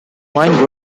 mine